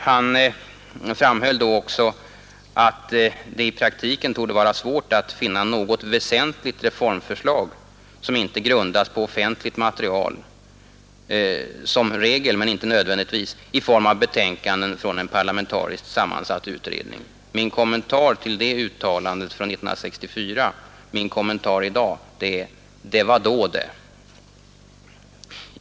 Han framhöll då också ”att det i praktiken torde vara svårt att finna något "väsentligt reformförslag”, som inte grundas på offentligt material, som regel — men inte nödvändigtvis — i form av betänkanden från en parlamentariskt sammansatt utredning”. Min kommentar i dag till det uttalandet 1964 är: Det var då det.